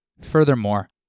Furthermore